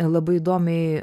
labai įdomiai